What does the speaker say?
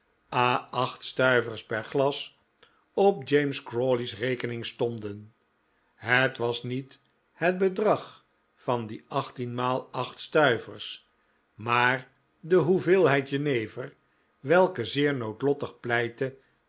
a acht stuivers per glas op james crawley's rekening stonden het was niet het bedrag van die achttien maal acht stuivers maar de hoeveelheid jenever welke zeer noodlottig pleitte